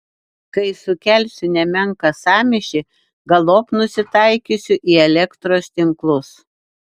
kai sukelsiu nemenką sąmyšį galop nusitaikysiu į elektros tinklus